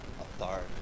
authority